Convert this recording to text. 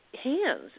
hands